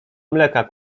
mleka